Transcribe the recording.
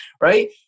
right